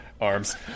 arms